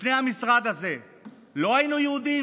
לפני המשרד הזה לא היינו יהודים?